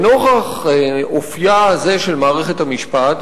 נוכח אופיה זה של מערכת המשפט,